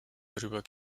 darüber